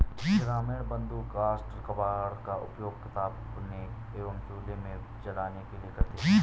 ग्रामीण बंधु काष्ठ कबाड़ का उपयोग तापने एवं चूल्हे में जलाने के लिए करते हैं